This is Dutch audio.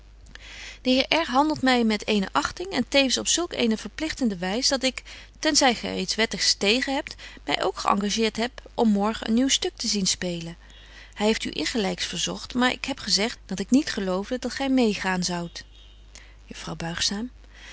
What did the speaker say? de heer r handelt my met eene achting en tevens op zulk eene verpligtende wys dat ik ten zy gy er iets wettigs tegen hebt my ook geëngageert heb om morgen een nieuw stuk te zien spelen hy heeft u insgelyks verzogt maar ik heb gezegt dat ik niet geloofde dat gy meê gaan zoudt